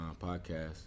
podcast